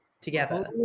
together